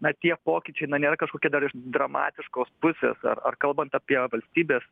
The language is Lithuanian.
na tie pokyčiai na nėra kažkokie dar iš dramatiškos pusės ar ar kalbant apie valstybės